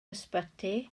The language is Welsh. ysbyty